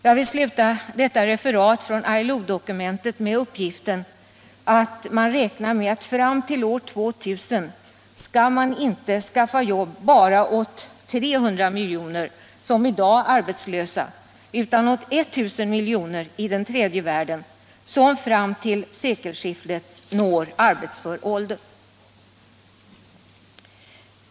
Jag vill sluta detta referat från ILO-dokumentet med uppgiften att man räknar med att man fram till år 2000 inte bara skall skaffa jobb åt 300 miljoner, som i dag är arbetslösa, utan åt 1 000 miljoner i tredje världen, som fram till sekelskiftet når arbetsför ålder.